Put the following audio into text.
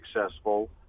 successful